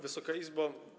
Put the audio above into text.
Wysoka Izbo!